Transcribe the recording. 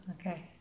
okay